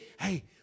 hey